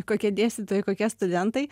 kokie dėstytojai kokie studentai